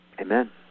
Amen